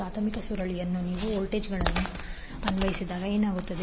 ಪ್ರಾಥಮಿಕ ಸುರುಳಿಯಲ್ಲಿ ನೀವು ವೋಲ್ಟೇಜ್ ಅನ್ನು ಅನ್ವಯಿಸಿದಾಗ ಏನಾಗುತ್ತದೆ